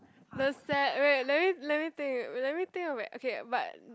the sad wait let me let me think let me think of an okay but